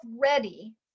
ready